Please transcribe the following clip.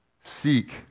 Seek